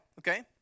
okay